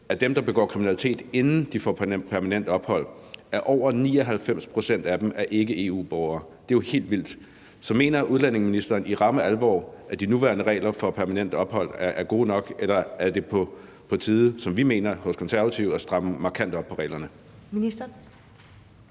af dem, der begår kriminalitet, inden de får permanent ophold, er over 99 pct. af dem ikke-EU-borgere. Det er jo helt vildt! Så mener udlændingeministeren i ramme alvor, at de nuværende regler for permanent ophold er gode nok, eller er det på tide – som vi mener hos Det Konservative Folkeparti – at stramme markant op på reglerne? Kl.